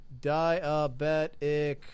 Diabetic